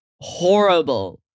Horrible